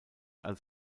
als